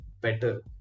better